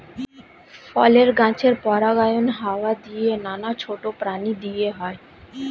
ফলের গাছের পরাগায়ন হাওয়া দিয়ে, নানা ছোট প্রাণী দিয়ে হয়